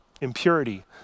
impurity